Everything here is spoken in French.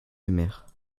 aimèrent